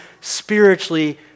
spiritually